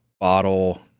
bottle